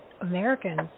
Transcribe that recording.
Americans